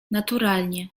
naturalnie